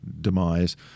demise